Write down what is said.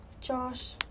Josh